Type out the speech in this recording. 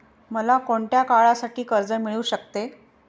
मला कोणत्या काळासाठी कर्ज मिळू शकते?